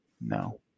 No